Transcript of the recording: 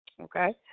Okay